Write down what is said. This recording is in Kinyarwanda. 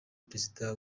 perezida